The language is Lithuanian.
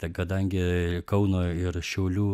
tai kadangi kauno ir šiaulių